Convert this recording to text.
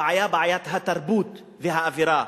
הבעיה, בעיית התרבות והאווירה.